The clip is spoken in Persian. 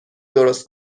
درست